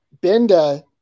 Benda